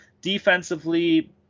Defensively